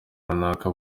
runaka